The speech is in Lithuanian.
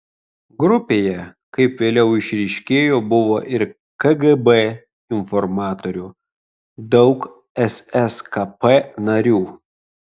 grupėje kaip vėliau išryškėjo buvo ir kgb informatorių daug sskp narių